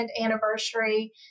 anniversary